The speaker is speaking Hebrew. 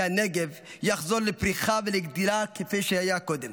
כי הנגב יחזור לפריחה ולגדילה כפי שהיה קודם.